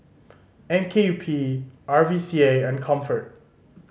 M K U P R V C A and Comfort